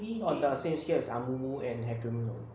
oh their safe skill is amumu and heimerdinger